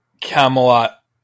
Camelot